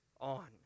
on